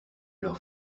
leurs